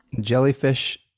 Jellyfish